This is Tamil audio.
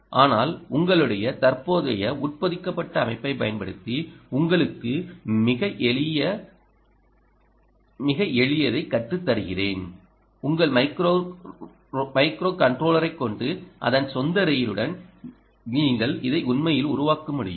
ஆனால் உங்களுடைய தற்போதைய உட்பொதிக்கப்பட்ட அமைப்பைப் பயன்படுத்தி உங்களுக்கு மிக எளிய சுற்று தருகிறேன் உங்கள் மைக்ரோகண்ட்ரோலரைக் கொண்டு அதன் சொந்த ரெய்லுடன் நீங்கள் இதை உண்மையில் உருவாக்க முடியும்